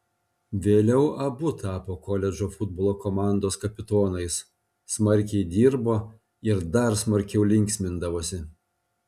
vėliau abu tapo koledžo futbolo komandos kapitonais smarkiai dirbo ir dar smarkiau linksmindavosi